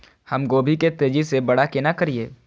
हम गोभी के तेजी से बड़ा केना करिए?